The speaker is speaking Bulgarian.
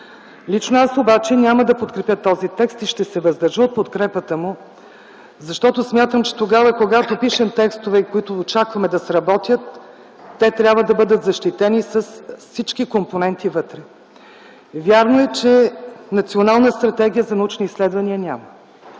Лично аз обаче няма да подкрепя този текст. Ще се въздържа от подкрепата му, защото смятам, че когато пишем текстове, които очакваме да сработят, те трябва да бъдат защитени с всички компоненти вътре. Вярно е, че национална стратегия за научни изследвания няма.